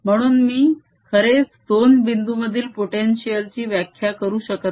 म्हणून मी खरेच दोन बिंदू मधील पोटेन्शिअल ची व्याख्या करू शकत नाही